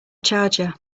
charger